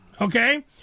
okay